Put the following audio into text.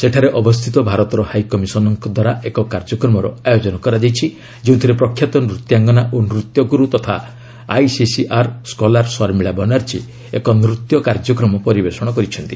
ସେଠାରେ ଅବସ୍ଥିତ ଭାରତର ହାଇ କମିଶନ୍ଦ୍ୱାରା ଏକ କାର୍ଯ୍ୟକ୍ରମର ଆୟୋଜନ କରାଯାଇଛି ଯେଉଁଥିରେ ପ୍ରଖ୍ୟାତ ନୃତ୍ୟାଙ୍ଗନା ଓ ନୃତ୍ୟଗୁରୁ ତଥା ଆଇସିସିଆର୍ ସ୍କଲାର୍ ଶର୍ମିଳା ବାନାର୍ଜୀ ଏକ ନୃତ୍ୟ କାର୍ଯ୍ୟକ୍ରମ ପରିବେଶଣ କରିଛନ୍ତି